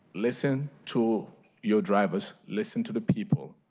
listen to your drivers, listen to the people.